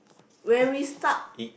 when we stuck